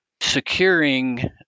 securing